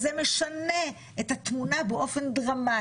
זה משנה את התמונה באופן דרמטי.